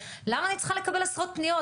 למה אני צריכה לקבל עשרות פנית,